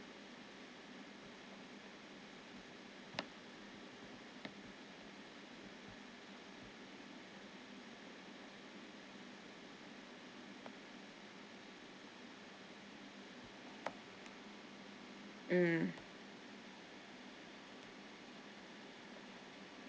mm